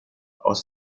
aus